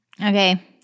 Okay